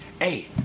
hey